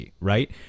right